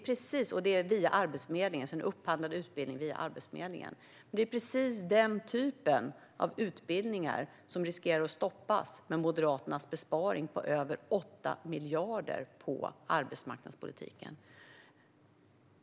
Det är en upphandlad utbildning via Arbetsförmedlingen som hon går, och det är precis den typen av utbildningar som riskerar att stoppas med Moderaternas besparing på över 8 miljarder på arbetsmarknadspolitiken.